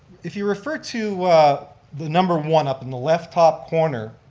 if you refer to the number one up in the left top corner,